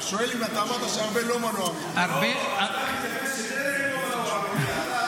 אני שואל אם ארבל זה לא מנוע אמיתי.